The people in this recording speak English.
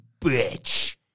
bitch